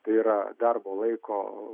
tai yra darbo laiko